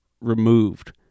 removed